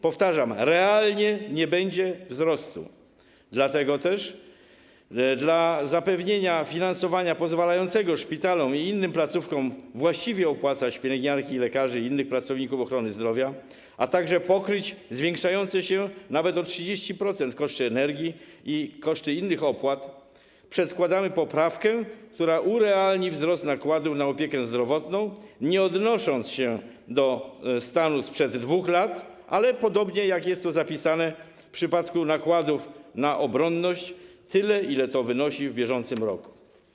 Powtarzam: realnie nie będzie wzrostu, dlatego też dla zapewnienia finansowania pozwalającego szpitalom i innym placówkom właściwie opłacać pielęgniarki, lekarzy i innych pracowników ochrony zdrowia, a także pokryć zwiększające się nawet o 30% koszty energii i koszty innych opłat przedkładamy poprawkę, która urealni wzrost nakładów na opiekę zdrowotną, nie odnosząc się do stanu sprzed 2 lat, ale - podobnie jak jest to zapisane w przypadku nakładów na obronność - tyle, ile to wynosi w bieżącym roku.